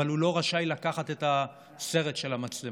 אבל הוא לא רשאי לקחת את הסרט של המצלמות.